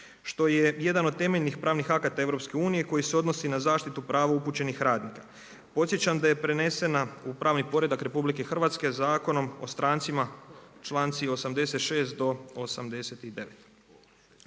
što je jedan od temeljnih pravnih akata EU, koji se odnosi na zaštitu prava upućenih radnika. Podsjećam da je prenesena u pravni poredak RH, Zakonom o strancima, čl.86 do 89.